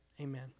Amen